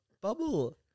bubble